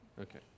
Okay